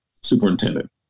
superintendent